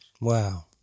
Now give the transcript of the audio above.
wow